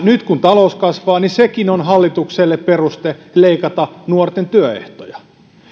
nyt kun talous kasvaa sekin on hallitukselle peruste leikata nuorten työehtoja